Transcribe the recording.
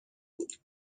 بود